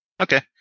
Okay